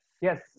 Yes